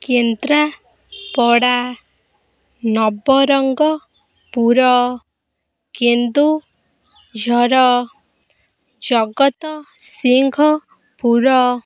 Kendrapara Nabarangpur Keonjhar Jagatsinghpur